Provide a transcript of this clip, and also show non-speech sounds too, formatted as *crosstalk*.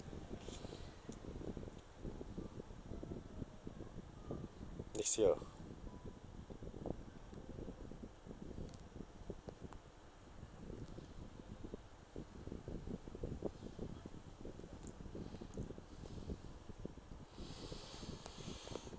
next year *breath*